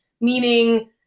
Meaning